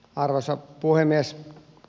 arvoisa puhemies